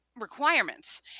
requirements